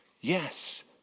Yes